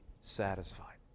satisfied